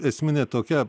esminė tokia